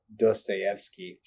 Dostoevsky